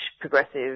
progressive